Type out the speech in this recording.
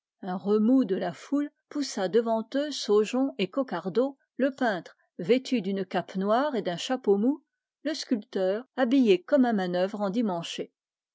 un remous de la foule poussa devant eux saujon et coquardeau le peintre vêtu d'une cape noire et d'un chapeau mou le sculpteur habillé comme un manœuvre endimanché